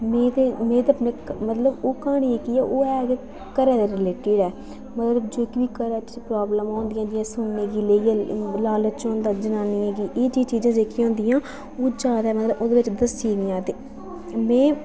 में ते में ते अपने मतलब ओह् क्हानी केह् ऐ ओह् ऐ ते घर दे रिलेटेड ऐ जेह्की घरै च प्राॅब्लमां होंदियां जि'यां